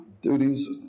duties